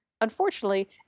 Unfortunately